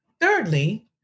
Thirdly